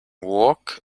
walk